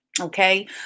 Okay